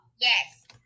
Yes